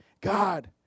God